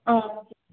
okay